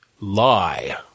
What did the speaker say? Lie